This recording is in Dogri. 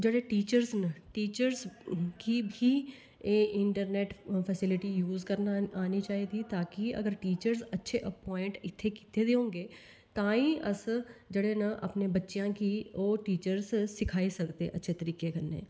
जेहडे टीचरस गी बी इंटरनेट फैसीलिटी यूज करना आनी चाहिदी ताकी टीचरस अच्छे इत्थै ता ही अस जेहडे़ ना अपने बच्चे गी ओह् टीचर सिखाई सकदे अच्छे तरीके कन्नै